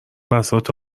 بساط